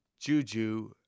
Juju